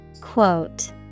Quote